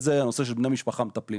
הנושא הזה והוא כניסה של בני משפחה מטפלים.